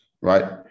right